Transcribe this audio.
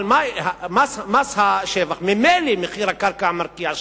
אבל מס השבח, ממילא מחיר הקרקע מרקיע שחקים,